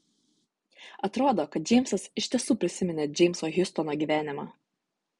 atrodo kad džeimsas iš tiesų prisiminė džeimso hiustono gyvenimą